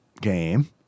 game